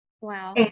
Wow